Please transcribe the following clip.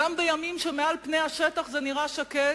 גם בימים שבהם על פני השטח נראה שקט,